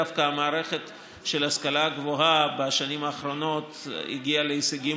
דווקא המערכת של ההשכלה הגבוהה בשנים האחרונות הגיעה להישגים